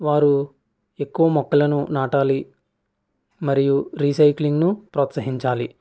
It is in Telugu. వారు ఎక్కువ మొక్కలను నాటాలి మరియు రీసైకిలింగ్ను ప్రోత్సహించాలి